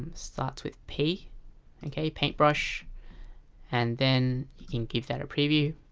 starts with p okay, paintbrush and then you can give that a preview